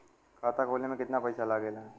खाता खोले में कितना पईसा लगेला?